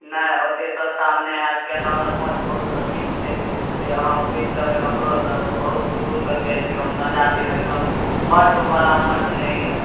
नहि ओतेक सस्तामे नहि हैत किआक तऽ हमर माछ बहुत प्रसिद्ध छै से अहाँ पुछि लेबै ककरोसँ बहुत दूर दूर तक जाइत छै हम ताजा देब एकदम बर्फवला माछ नहि यए